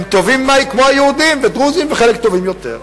הם טובים כמו היהודים והדרוזים, וחלק טובים יותר.